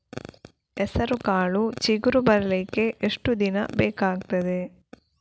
ಹೆಸರುಕಾಳು ಚಿಗುರು ಬರ್ಲಿಕ್ಕೆ ಎಷ್ಟು ದಿನ ಬೇಕಗ್ತಾದೆ?